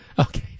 Okay